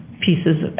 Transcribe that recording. pieces.